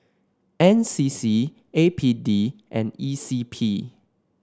N C C A P D and E C P